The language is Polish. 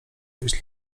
być